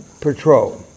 patrol